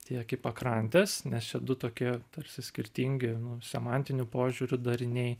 tiek į pakrantes nes čia du tokie tarsi skirtingi semantiniu požiūriu dariniai